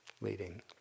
leading